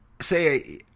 say